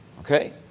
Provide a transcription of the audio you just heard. Okay